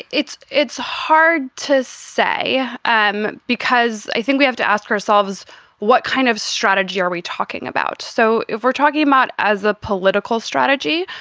it's it's hard to say um because i think we have to ask ourselves what kind of strategy are we talking about? so if we're talking about as a political strategy,